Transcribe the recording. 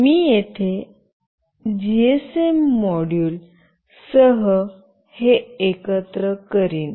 मी येथे GSM module सह हे एकत्रित करीन